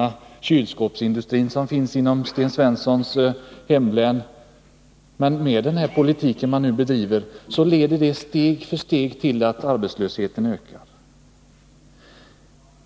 den kylskåpsindustri som finns i Sten Svenssons hemlän. Den politik man nu bedriver leder steg för steg till att arbetslösheten ökar.